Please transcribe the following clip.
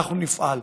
אנחנו נפעל.